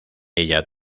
ella